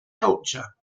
culture